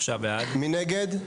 מי נגד?